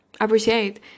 appreciate